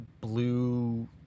blue